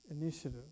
initiative